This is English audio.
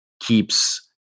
keeps